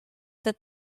that